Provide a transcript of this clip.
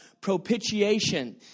propitiation